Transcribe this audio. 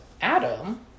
Adam